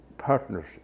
Partners